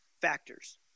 factors